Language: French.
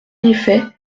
effet